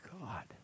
God